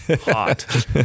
hot